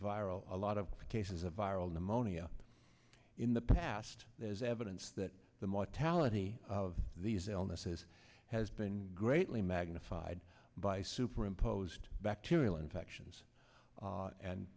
viral a lot of cases of viral pneumonia in the past there's evidence that the mortality of these illnesses has been greatly magnified by super imposed bacterial infections